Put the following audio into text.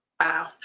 Wow